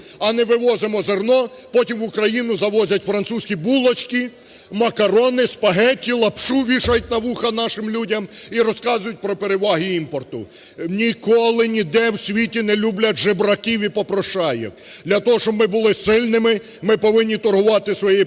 А не вивозимо зерно, потім в Україну завозять французькі булочки, макарони, спагеті, лапшу вішають на вуха нашим людям і розказують про переваги імпорту. Ніколи ніде в світі не люблять жебраків іпопрошаек. Для того, щоб ми були сильними, ми повинні торгувати своєю